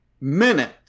minute